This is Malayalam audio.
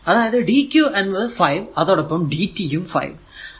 അതായതു dq എന്നത് 5 അതോടൊപ്പം dt യും 5